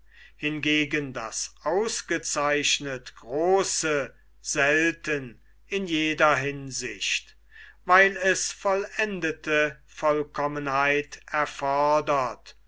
hingegen das ausgezeichnet große selten in jeder hinsicht weil es vollendete vollkommenheit